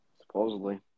Supposedly